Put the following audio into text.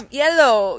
yellow